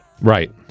Right